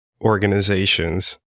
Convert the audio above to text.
organizations